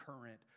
current